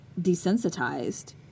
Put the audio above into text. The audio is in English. desensitized